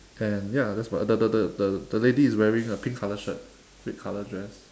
and ya that's what the the the the the lady is wearing a pink colour shirt red colour dress